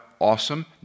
awesome